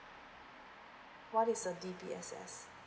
what is a D_B_S_S